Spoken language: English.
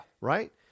Right